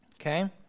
okay